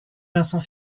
vincent